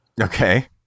Okay